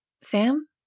Sam